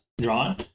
drawn